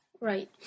right